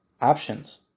options